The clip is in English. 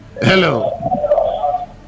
Hello